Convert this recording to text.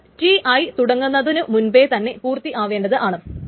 അത് Ti തുടങ്ങുന്നതിനു മുൻപേ തന്നെ പൂർത്തി ആവേണ്ടത് ആണ്